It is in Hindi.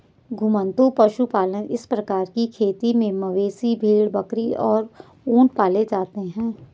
घुमंतू पशुपालन इस प्रकार की खेती में मवेशी, भेड़, बकरी और ऊंट पाले जाते है